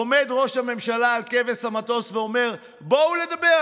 עומד ראש הממשלה על כבש המטוס ואומר: בואו לדבר,